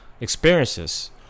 experiences